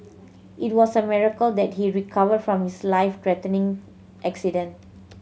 it was a miracle that he recovered from his life threatening accident